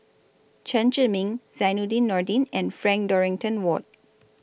Chen Zhiming Zainudin Nordin and Frank Dorrington Ward